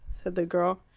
said the girl.